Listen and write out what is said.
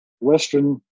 Western